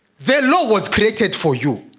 their law was created for you